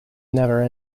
never